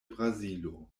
brazilo